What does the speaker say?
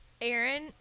aaron